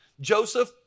Joseph